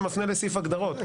שמפנה לסעיף הגדרות.